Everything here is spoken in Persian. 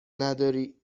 نداری